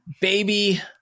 baby